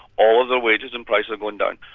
all the wages and prices are going down,